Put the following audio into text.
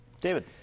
David